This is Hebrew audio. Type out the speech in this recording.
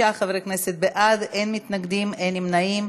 29 חברי כנסת בעד, אין מתנגדים, אין נמנעים.